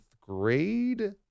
grade